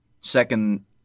second